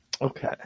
Okay